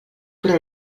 però